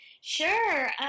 Sure